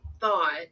thought